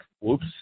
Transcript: Whoops